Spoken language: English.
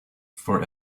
for